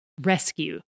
rescue